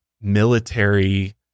military